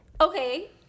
Okay